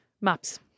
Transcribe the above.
Maps